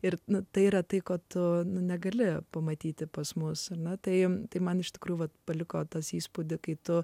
ir tai yra tai ko tu negali pamatyti pas mus na tai tai man iš tikrųjų vat paliko tas įspūdį kai tu